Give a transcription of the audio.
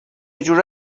جوره